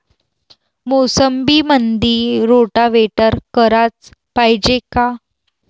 मोसंबीमंदी रोटावेटर कराच पायजे का?